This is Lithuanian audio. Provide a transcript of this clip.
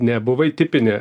nebuvai tipinė